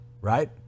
right